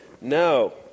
no